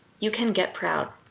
you can get proud.